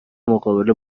مقابله